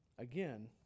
Again